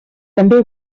també